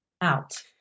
out